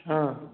ହଁ